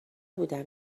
بودم